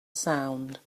sound